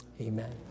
amen